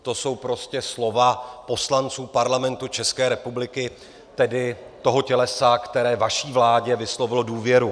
To jsou prostě slova poslanců Parlamentu České republiky, tedy toho tělesa, které vaší vládě vyslovilo důvěru.